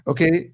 Okay